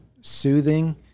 soothing